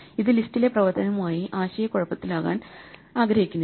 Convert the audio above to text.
ഇത് ലിസ്റ്റിലെ പ്രവർത്തനവുമായി ആശയക്കുഴപ്പത്തിലാക്കാൻ ആഗ്രഹിക്കുന്നില്ല